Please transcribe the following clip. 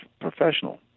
professional